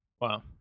wow